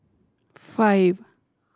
five